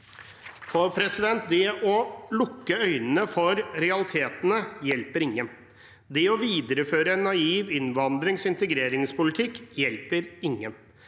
velferdsmigranter. Det å lukke øynene for realitetene hjelper ingen. Det å videreføre en naiv innvandrings- og integreringspolitikk hjelper ingen.